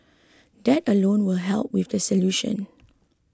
that alone will help in the solution